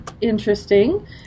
interesting